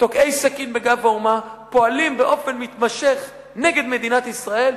תוקעי סכין בגב האומה פועלים באופן מתמשך נגד מדינת ישראל,